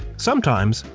sometimes,